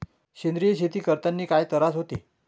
सेंद्रिय शेती करतांनी काय तरास होते?